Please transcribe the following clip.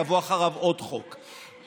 יבוא אחריו עוד חוק,